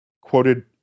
quoted